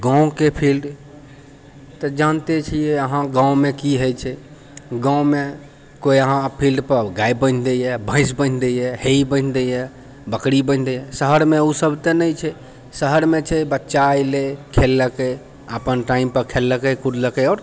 गाँवके फील्ड तऽ जानते छियै अहाँ गाँवमे की होइ छै गाँवमे कोइ अहाँ फील्डपर गाय बान्हि दैए भैंस बान्हि दै हे ई बान्हि दैए बकरी बान्हि दैए शहरमे तऽ ओ सब नहि छै शहरमे छै बच्चा एलै खेललकै अपन टाइमपर खेललकै कुदलकै आओर